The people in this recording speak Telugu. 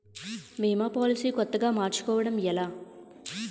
భీమా పోలసీ కొత్తగా మార్చుకోవడం ఎలా?